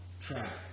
track